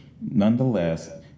Nonetheless